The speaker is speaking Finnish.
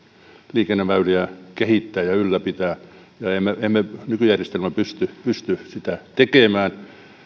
liikenneväyliä kehittää ja ylläpitää ja ja emme nykyjärjestelmällä pysty pysty sitä tekemään